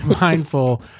mindful